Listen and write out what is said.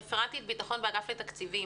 רפרנטית ביטחון באגף התקציבים,